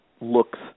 looks